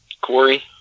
Corey